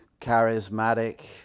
charismatic